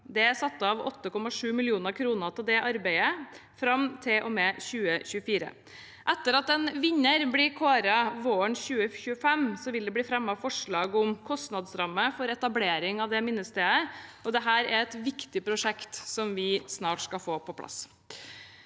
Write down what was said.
Det er satt av 8, 7 mill. kr til det arbeidet fram til og med 2024. Etter at en vinner er kåret våren 2025, vil det bli fremmet forslag om kostnadsramme for etablering av minnestedet. Dette er et viktig prosjekt som vi snart skal få på plass.